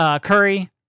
Curry